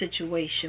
situation